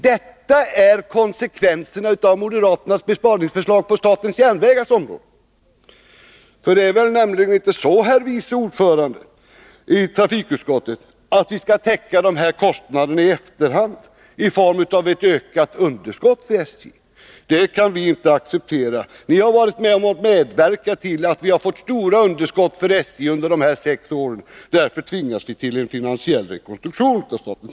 Detta är konsekvenserna av moderaternas besparingsförslag på statens järnvägars område, för det är väl inte så, herr vice ordförande i trafikutskottet, att vi skall täcka dessa kostnader i efterhand i form av ett ökat underskott vid SJ? Det kan vi inte acceptera. Ni har medverkat till att SJ fått stora underskott under de senaste sex åren, och därför tvingas vi till en finansiell rekonstruktion av statens järnvägar.